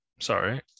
Sorry